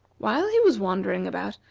while he was wandering about,